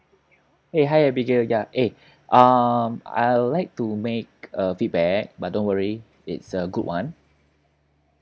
hey hi abigail ya eh um I'll like to make a feedback but don't worry it's a good one